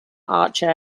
archer